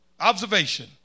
observation